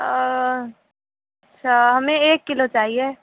اچھا ہمیں ایک کلو چاہیے